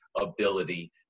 ability